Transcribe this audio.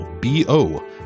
B-O